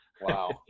Wow